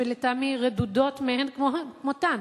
שלטעמי הן רדודות מאין כמותן,